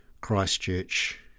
Christchurch